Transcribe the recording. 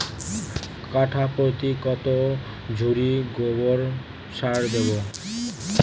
কাঠাপ্রতি কত ঝুড়ি গোবর সার দেবো?